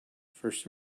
first